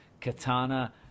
Katana